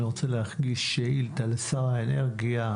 אני רוצה להגיש שאילתה לשר האנרגיה,